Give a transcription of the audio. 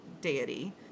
deity